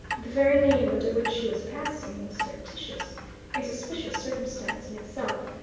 the very name under which she was passing was fictitious a suspicious circumstance in itself.